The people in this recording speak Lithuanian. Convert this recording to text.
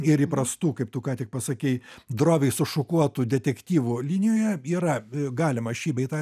ir įprastų kaip tu ką tik pasakei droviai sušukuotų detektyvų linijoje yra galima šį bei tą